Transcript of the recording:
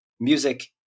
music